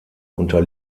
unter